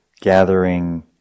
gathering